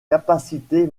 capacité